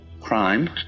crime